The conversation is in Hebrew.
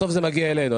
בסוף זה מגיע אלינו,